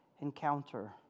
encounter